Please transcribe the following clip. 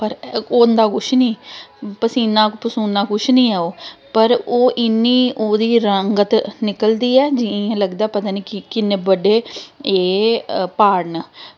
पर होंदा कुछ नी पसीना पसूना कुछ नी ऐ ओह् पर ओह् इ'न्नी ओह्दी रंगत निकलदी ऐ इ'यां लगदा पता नी किन्ने बड्डे एह् प्हाड़ न